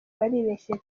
baribeshya